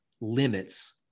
limits